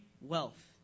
wealth